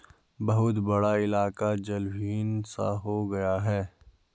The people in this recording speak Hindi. बहुत बड़ा इलाका जलविहीन सा हो गया है